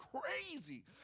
crazy